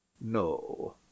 No